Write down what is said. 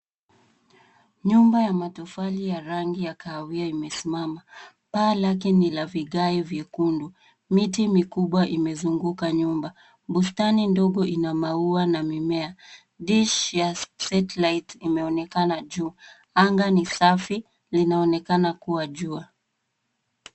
Nyumba ya matofali ya rangi ya kahawia imesimama. Paa lake ni la vigae vyekundu. Miti mikubwa imezunguka nyumba. Bustani dogo ina maua na mimea. Dish ya satelite imeonekana juu. Anga ni safi, linaonekana kuwa jua.